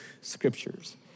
scriptures